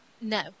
No